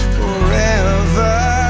forever